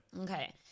Okay